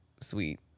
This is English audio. sweet